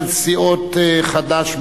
של סיעות חד"ש,